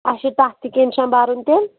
اَسہِ چھُ تَتھ تہِ کیٚنٛہہ چھَنہٕ بَرُن تیٚلہِ